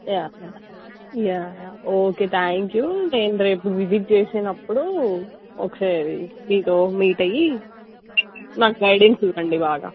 yeah మ yeah yeah okay thank you నేను రేపు విజిట్ చేసినప్పుడు ఒకసారి మీకు మీట్ అయ్యి నాకు గైడెన్స్ ఇవ్వండి బాగా